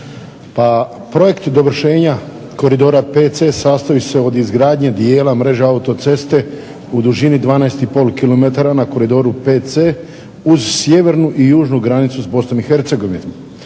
projekt dovršenja Koridora 5c sastoji se od izgradnje dijela autoceste u dužini 12,5 km na Koridoru 5c uz sjevernu i južnu granicu s Bosnom i Hercegovinom.